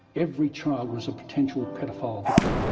every child was a potential paedophile victim.